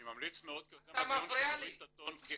אני ממליץ מ אוד כיוזם הדיון שנוריד את הטון.